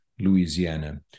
Louisiana